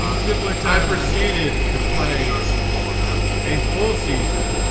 ah simpler time proceeded to play shit on now a full season.